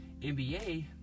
NBA